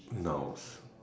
nouns